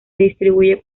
distribuyen